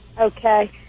Okay